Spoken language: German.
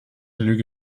lüge